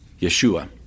Yeshua